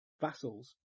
vassals